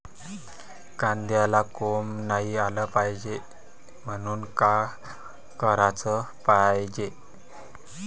कांद्याला कोंब नाई आलं पायजे म्हनून का कराच पायजे?